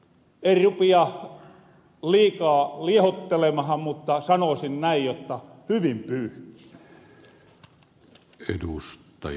en rupia liikaa liihottelemahan mutta sanoosin näin jotta hyvin pyyhkii